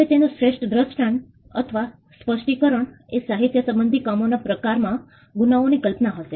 હવે તેનું શ્રેષ્ઠ દ્રષ્ટાંત અથવા 1 સ્પષ્ટિકરણ એ સાહિત્ય સંબંધી કામોના પ્રકારમાં ગુનાઓની કલ્પના હશે